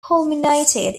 culminated